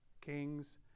kings